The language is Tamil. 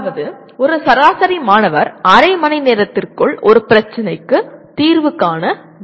அதாவது ஒரு சராசரி மாணவர் அரை மணி நேரத்திற்குள் ஒரு பிரச்சினைக்கு தீர்வு காண வேண்டும்